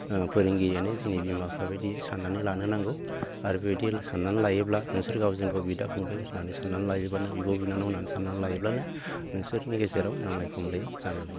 फोरोंगिरियानो जोंनि बिमा बिफाबायदि साननानै लानो नांगौ आरो बेबायदि साननानै लायोब्ला नोंसोर गावजों गाव बिदा फंबाइ होननानै साननानै लायोबानो बिब' बिनानाव होननानै साननानै लायोब्लानो नोंसोरनि गेजेराव नांज्लाय खमलाया जानाय नङा